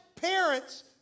parents